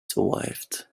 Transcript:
survived